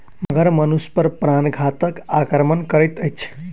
मगर मनुष पर प्राणघातक आक्रमण करैत अछि